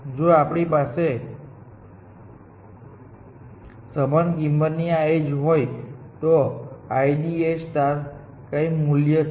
જો આપણી પાસે સમાન કિંમતની આ એજ હોય તો પણ IDA નું કંઈક મૂલ્ય છે